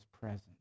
presence